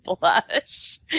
blush